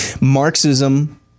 Marxism